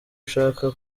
nshaka